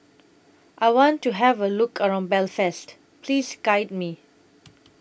I want to Have A Look around Belfast Please Guide Me